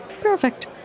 Perfect